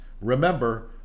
Remember